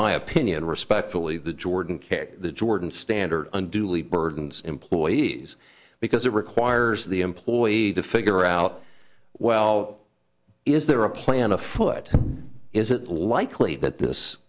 my opinion respectfully the jordan care the jordan standard unduly burdensome employees because it requires the employee to figure out well is there a plan afoot is it likely that this